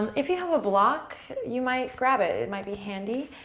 if you have a block, you might grab it. it might be handy.